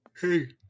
Hey